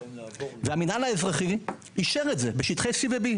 והמינהל האזרחי אישר את זה בשטחי C ו-B.